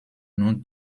nom